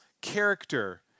character